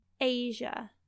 Asia